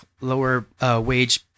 lower-wage